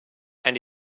and